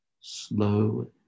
Slow